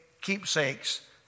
keepsakes